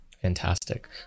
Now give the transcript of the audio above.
Fantastic